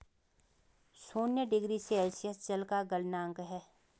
शून्य degree Celsius जल का गलनांक है